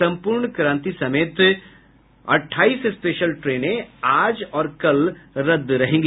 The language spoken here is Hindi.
सम्पूर्ण क्रांति समेत अट्ठाइस स्पेशल ट्रेन आज और कल रद्द रहेंगी